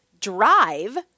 drive